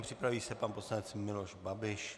Připraví se pan poslanec Miloš Babiš.